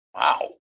Wow